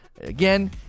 again